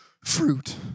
fruit